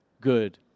good